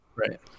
right